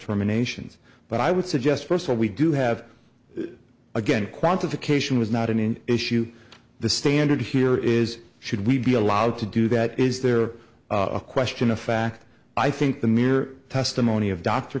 terminations but i would suggest first of all we do have again quantification was not an in issue the standard here is should we be allowed to do that is there a question of fact i think the mere testimony of d